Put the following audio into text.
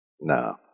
No